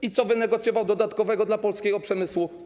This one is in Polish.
I co wynegocjował dodatkowego dla polskiego przemysłu?